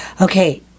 Okay